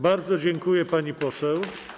Bardzo dziękuję, pani poseł.